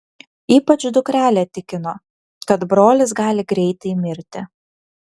ypač dukrelė tikino kad brolis gali greitai mirti